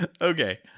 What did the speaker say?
Okay